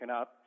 up